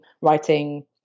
writing